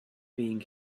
being